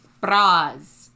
Bras